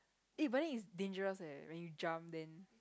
eh when is dangerous eh when you jump in